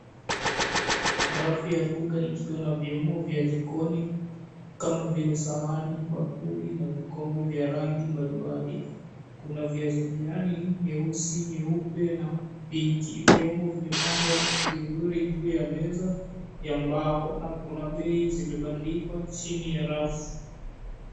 Rafu ya duka ikiwa na vyombo vya jikoni kama vile sahani, bakuli na vikombe vya rangi mbalimbali. Kuna vya kijani, nyeusi, nyeupe na pinki. Vyombo vimepangwa vizuri juu ya meza ya mbao na kuna bei zimebandikwa chini ya rafu.